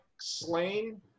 slain